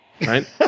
right